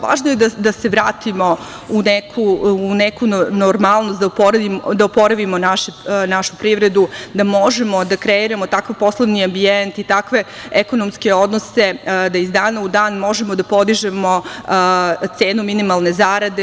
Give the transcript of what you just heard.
Važno je da se vratimo u neku normalnost, da oporavimo našu privredu, da možemo da kreiramo takav poslovni ambijent i takve ekonomske odnose, da iz dana u dan možemo da podižemo cenu minimalne zarade.